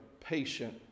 patient